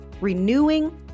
renewing